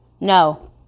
No